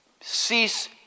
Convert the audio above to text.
cease